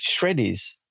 shreddies